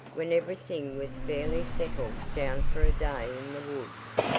when everything was fairly settled down for a day in the woods,